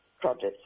projects